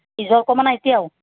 কি জ্বৰ কমা নাই এতিয়াও